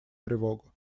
тревогу